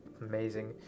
amazing